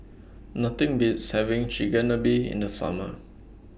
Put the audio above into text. Nothing Beats having Chigenabe in The Summer